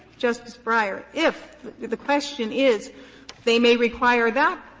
justice breyer, if the question is they may require that,